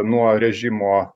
nuo režimo